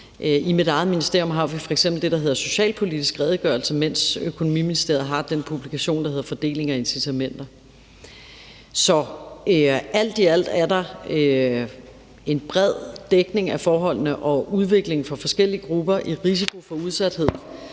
I mit eget ministerium har vi f.eks. det, der hedder Socialpolitisk Redegørelse, mens Økonomiministeriet har den publikation, der hedder Fordeling og incitamenter. Så alt i alt er der en bred dækning af forholdene og udviklingen for forskellige grupper i risiko for udsathed.